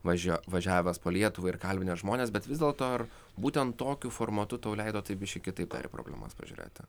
važia važiavęs po lietuvą ir kalbinęs žmones bet vis dėlto ar būtent tokiu formatu tau leido tai biškį kitaip dar į problemas pažiūrėti